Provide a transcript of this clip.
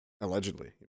allegedly